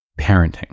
parenting